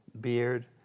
beard